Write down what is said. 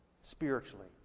spiritually